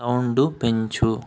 sound పెంచు